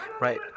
Right